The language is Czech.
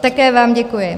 Také vám děkuji.